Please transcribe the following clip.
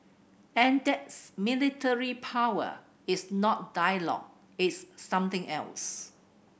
and that's military power it's not dialogue it's something else